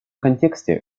контексте